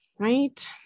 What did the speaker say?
Right